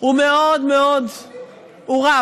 הוא מאוד מאוד רב.